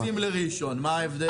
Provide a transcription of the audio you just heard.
אותו מוות אתם עושים לראשון, מה ההבדל?